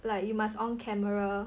like you must on camera